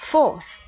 Fourth